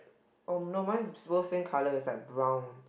oh no mine is supposed same colour it's like brown